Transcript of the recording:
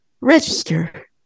register